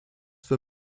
for